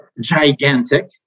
gigantic